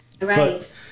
Right